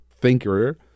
thinker